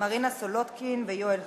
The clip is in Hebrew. מרינה סולודקין ויואל חסון.